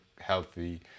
healthy